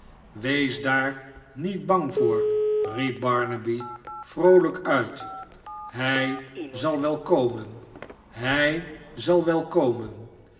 wees daar niet bang voor nep barnaby vroolijk uit hij zal wel komen hij zal wel komen